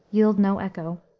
yield no echo.